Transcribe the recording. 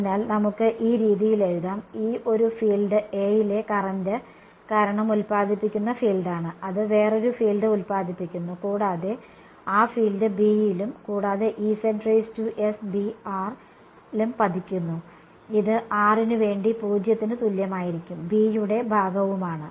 അതിനാൽ നമുക്ക് ഇത് ഈ രീതിയിൽ എഴുതാം ഈ ഒരു ഫീൽഡ് A യിലെ കറന്റ് കാരണം ഉൽപാദിപ്പിക്കുന്ന ഫീൽഡാണ് അത് വേറൊരു ഫീൽഡ് ഉല്പാദിപ്പിക്കുന്നു കൂടാതെ ആ ഫീൽഡ് B യിലും കൂടാതെ യിലും പതിക്കുന്നു ഇത് r നു വേണ്ടി 0 ത്തിന് തുല്യമായിരിക്കും B യുടെ ഭാഗവുമാണ്